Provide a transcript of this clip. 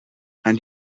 and